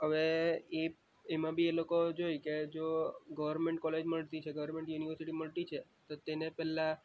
હવે એ એમાં બી એ લોકો જુએ કે જો ગોવર્મેન્ટ કોલેજ મળતી છે ગોવર્મેન્ટ યુનિવર્સિટી મળતી છે તો તેને પહેલાં